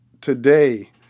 today